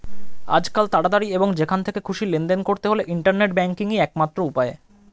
আজকাল তাড়াতাড়ি এবং যেখান থেকে খুশি লেনদেন করতে হলে ইন্টারনেট ব্যাংকিংই একমাত্র উপায়